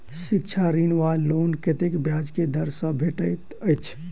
शिक्षा ऋण वा लोन कतेक ब्याज केँ दर सँ भेटैत अछि?